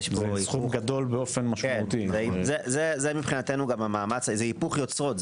זה מבחינתנו זה היפוך יוצרות.